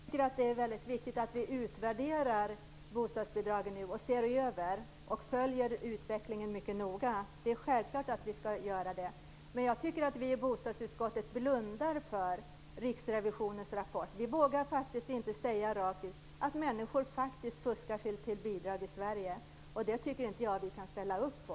Fru talman! Jag tycker att det är väldigt viktigt att vi nu utvärderar bostadsbidragen, ser över dem och följer utvecklingen mycket noga. Det är självklart att vi skall göra det. Men jag tycker att vi i bostadsutskottet blundar för Riksrevisionsverkets rapport. Vi vågar faktiskt inte säga rakt ut att människor faktiskt fuskar sig till bidrag i Sverige. Det tycker inte jag att vi kan ställa upp på.